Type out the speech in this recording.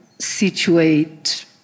situate